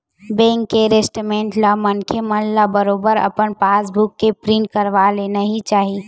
bank के statement ला मनखे मन ल बरोबर अपन पास बुक म प्रिंट करवा लेना ही चाही